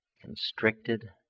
constricted